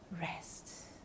rest